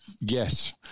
Yes